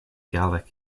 gallic